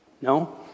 No